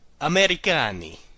Americani